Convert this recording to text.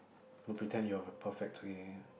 don't pretend you're very perfect okay